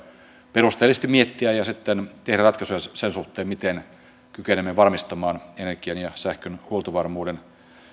perusteellisesti miettiä ja sitten tehdä ratkaisuja sen suhteen miten kykenemme varmistamaan energian ja sähkön huoltovarmuuden